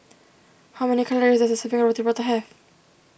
how many calories does a serving Roti Prata have